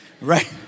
right